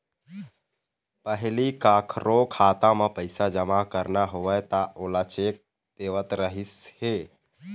पहिली कखरो खाता म पइसा जमा करना होवय त ओला चेक देवत रहिस हे